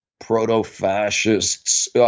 Proto-fascists